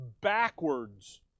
backwards